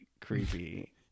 creepy